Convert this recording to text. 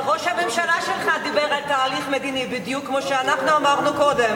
אבל ראש הממשלה שלך דיבר על תהליך מדיני בדיוק כמו שאנחנו אמרנו קודם.